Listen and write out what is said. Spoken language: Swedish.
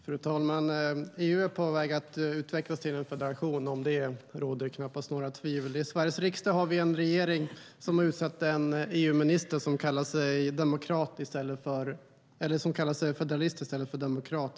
Fru talman! EU är på väg att utvecklas till en federation. Om det råder knappast några tvivel. I Sveriges riksdag har vi en regering som har utsett en EU-minister som kallar sig federalist i stället för demokrat.